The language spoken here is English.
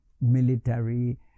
military